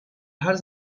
her